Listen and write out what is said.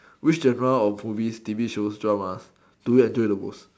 which genre of movies T_V shows drama do you enjoy the most